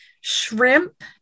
shrimp